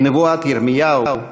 כנבואת ירמיהו,